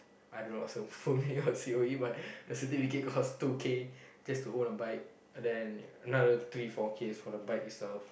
I don't know what's the full name for C_O_E but the certificate costs two K just to own a bike then another three four K for the bike itself